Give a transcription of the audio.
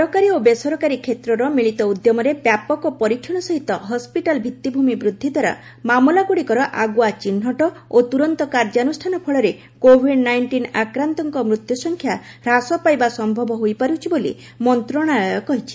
ସରକାରୀ ଓ ବେସରକାରୀ କ୍ଷେତ୍ର ମିଳିଥିବା ଉଦ୍ୟମରେ ବ୍ୟାପକ ପରୀକ୍ଷଣ ସହିତ ହସପିଟାଲ ଭିତ୍ତିଭୂମି ବୃଦ୍ଧି ଦ୍ୱାରା ମାମଲାଗୁଡିକର ଆଗୁଆ ଚିହ୍ନଟ ଓ ତୁରନ୍ତ କାର୍ଯ୍ୟାନୁଷ୍ଠାନ ଫଳରେ କୋଭିଡ୍ ନାଇଷ୍ଟିନ ଆକ୍ରାନ୍ତଙ୍କ ମୃତ୍ୟୁ ସଂଖ୍ୟା ହ୍ରାସ ପାଇବା ସମ୍ଭବ ହୋଇପାରୁଛି ବୋଲି ମନ୍ତ୍ରଣାଳୟ କହିଛି